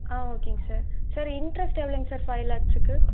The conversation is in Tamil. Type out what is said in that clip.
ஆ ஓகேங்க சார் சார் இன்ட்ரஸ்ட் எவ்வளோங்க சார் ஃபை லேக்ஸுக்கு